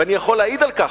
ואני יכול להעיד על כך.